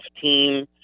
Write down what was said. team